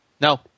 No